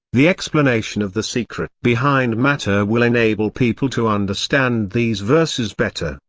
the explanation of the secret behind matter will enable people to understand these verses better.